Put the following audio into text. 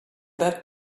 that